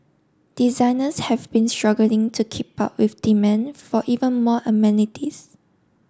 designers have been struggling to keep up with demand for even more amenities